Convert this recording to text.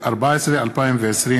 ושלישית.